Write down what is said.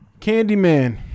Candyman